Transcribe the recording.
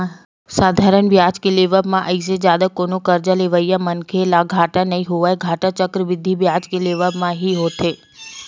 साधारन बियाज के लेवब म अइसे जादा कोनो करजा लेवइया मनखे ल घाटा नइ होवय, घाटा चक्रबृद्धि बियाज के लेवब म ही होथे